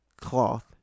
cloth